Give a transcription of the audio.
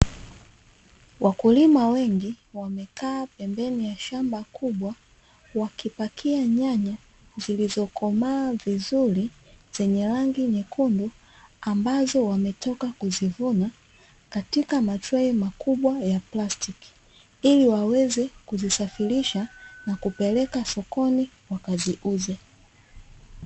Wakulima wengi wamekaa pembeni ya shamba kubwa wakipakia nyanya zilizokomaa vizuri zenye rangi nyekundu ambazo wametoka kuzivuna katika matrei makubwa ya plastiki, ili waweze kuzisafirisha na kupeleka sokoni wakaziuze.